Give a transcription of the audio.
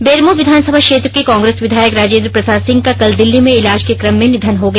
बेरमो विधानसभा क्षेत्र के कांग्रेस विधायक राजेंद्र प्रसाद सिंह का कल दिल्ली में इलाज के कम में निधन हो गया